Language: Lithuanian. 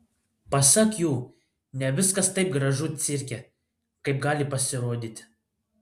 pasak jų ne viskas taip gražu cirke kaip gali pasirodyti